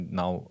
now